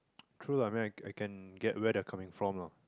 true lah I mean I I can get where they are coming from lah